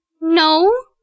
No